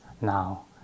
now